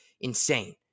insane